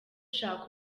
shaka